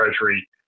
treasury